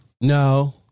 No